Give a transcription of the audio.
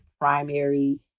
primary